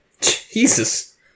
Jesus